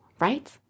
right